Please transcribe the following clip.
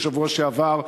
בשבוע שבעבר,